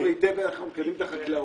היטב איך אנחנו מקדמים את החקלאות,